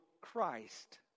Christ